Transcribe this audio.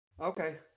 Okay